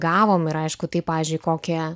gavom ir aišku tai pavyzdžiui kokią